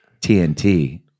TNT